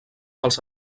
pels